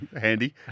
Handy